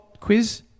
quiz